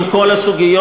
עם כל הסוגיות,